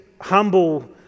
humble